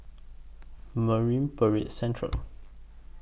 Marine Parade Central